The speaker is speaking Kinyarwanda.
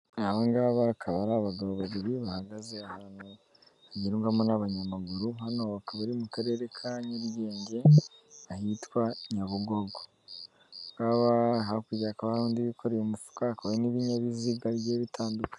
Abangaba akaba ari abagabo babiri bahagaze ahantu hayugwamo n'abanyamaguru hanoba bari mu karere ka nyarugenge ahitwa nyabugogo, hakurya karundi bikoreye umufuka hakaba n'ibinyabiziga bigiye bitandukanye.